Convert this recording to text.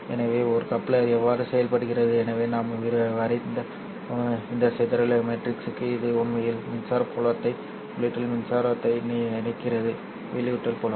எனவே ஒரு கப்ளர் எவ்வாறு செயல்படுகிறது எனவே நாம் வரைந்த இந்த சிதறல் மேட்ரிக்ஸுக்கு இது உண்மையில் மின்சார புலத்தை உள்ளீட்டில் மின்சாரத்தை இணைக்கிறது வெளியீட்டில் புலம்